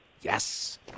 Yes